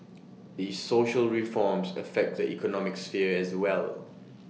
these social reforms affect the economic sphere as well